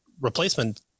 replacement